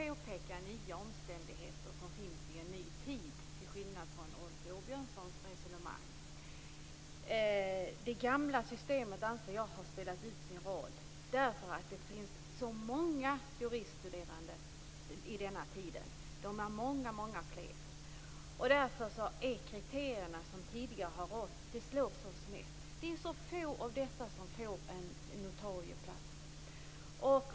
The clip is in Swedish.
Fru talman! Jag vill, till skillnad från Rolf Åbjörnssons resonemang, påpeka nya omständigheter som finns i en ny tid. Jag anser att det gamla systemet har spelat ut sin roll därför att det finns så många jurister nu för tiden. De är många fler än tidigare. Därför slår de kriterier som tidigare rått snett. Det är få av dessa som får en notarieplats.